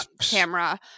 camera